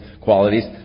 qualities